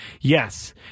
Yes